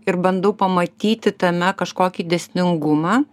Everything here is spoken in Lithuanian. ir bandau pamatyti tame kažkokį dėsningumą